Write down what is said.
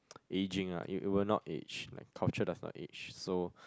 aging ah it it will not age like culture does not age so